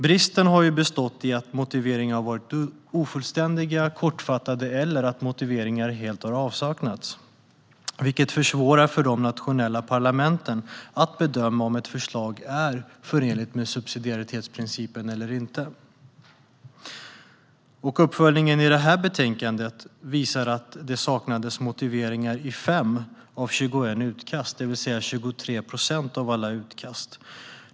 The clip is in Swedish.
Bristerna har bestått i att motiveringarna har varit ofullständiga, kortfattade eller helt saknats, vilket försvårar för de nationella parlamenten när de ska bedöma om ett förslag är förenligt med subsidiaritetsprincipen eller inte. Uppföljningen i detta betänkande visar att det saknades motiveringar i 5 av 21 utkast, det vill säga 23 procent av alla utkast.